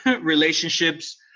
relationships